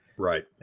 Right